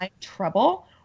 trouble